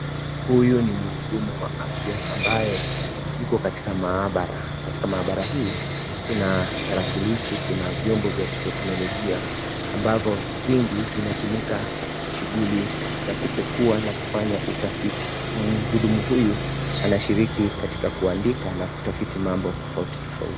Huyu ni mhudumu wa afya ambaye yuko katika maabara , katika maabara hii kuna tarakilishi kuna vyombo vya kiteknologia ambavo vingi vinatumika kwa shughuli ya kupekua na kufanya utafiti . Mhudumu huyu anashiriki katika kuandika na kutafiti mambo tofauti tofauti.